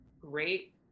great